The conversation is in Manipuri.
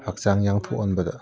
ꯍꯛꯆꯥꯡ ꯌꯥꯡꯊꯣꯛꯍꯟꯕꯗ